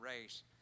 race